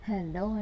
Hello